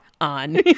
on